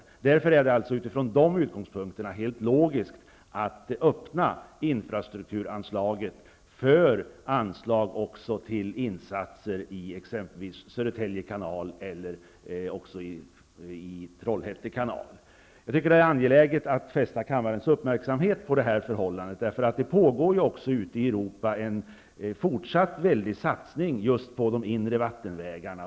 Från de utgångspunkterna är det helt logiskt att öppna infrastrukturanslaget för anslag också till insatser i exempelvis Södertälje kanal eller Trollhätte kanal. Jag tycker att det är angeläget att fästa kammarens uppmärksamhet på detta förhållande. Det pågår ju också ute i Europa en fortsatt väldig satsning på just de inre vattenvägarna.